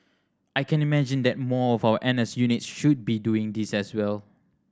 I can imagine that more of our N S units should be doing this as well